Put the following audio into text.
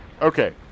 Okay